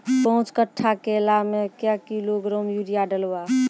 पाँच कट्ठा केला मे क्या किलोग्राम यूरिया डलवा?